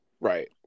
Right